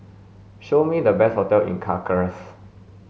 show me the best hotels in Caracas